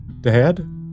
Dad